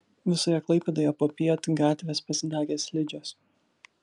visoje klaipėdoje popiet gatvės pasidarė slidžios